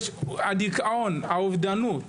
יש דיכאון ואובדנות.